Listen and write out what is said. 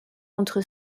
contre